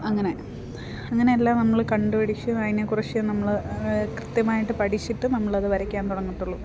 അങ്ങനെ അങ്ങനെയെല്ലാം നമ്മൾ കണ്ടുപിടിച്ച് അതിനെക്കുറിച്ച് നമ്മൾ കൃത്യമായിട്ട് പഠിച്ചിട്ട് നമ്മളത് വരയ്ക്കാൻ തുടങ്ങത്തുള്ളു